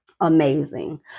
amazing